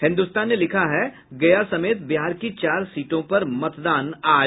हिन्दुस्तान ने लिखा है गया समेत बिहार की चार सीटों पर मतदान आज